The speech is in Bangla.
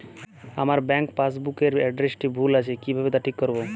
আমার ব্যাঙ্ক পাসবুক এর এড্রেসটি ভুল আছে কিভাবে তা ঠিক করবো?